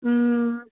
ꯎꯝ